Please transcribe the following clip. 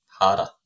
Harder